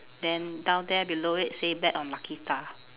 then down there below it say bet on lucky star